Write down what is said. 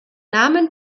namen